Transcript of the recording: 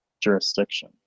jurisdiction